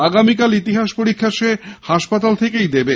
আগামীকাল ইতিহাস পরীক্ষা সে হাসপাতাল থেকেই দেবে